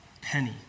penny